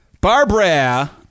Barbara